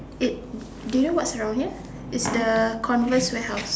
it do you what's around here it's the converse warehouse